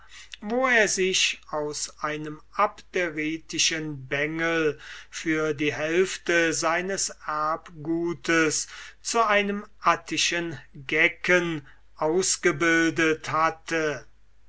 wo er sich aus einem abderitischen bengel für die hälfte seines erbgutes zu einem attischen gecken ausgebildet hatte